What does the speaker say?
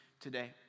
today